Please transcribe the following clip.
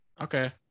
Okay